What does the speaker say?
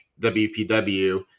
wpw